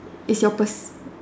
is your pers